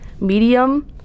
medium